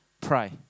pray